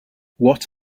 what